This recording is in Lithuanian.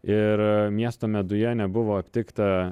ir miesto meduje nebuvo aptikta